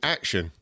Action